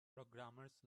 programmers